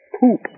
poop